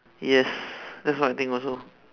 yes that's one thing also